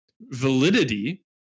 Validity